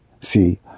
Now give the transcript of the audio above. See